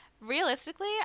realistically